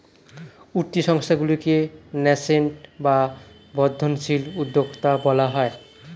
উঠতি সংস্থাগুলিকে ন্যাসেন্ট বা বর্ধনশীল উদ্যোক্তা বলা হয়